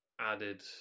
added